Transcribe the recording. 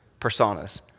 personas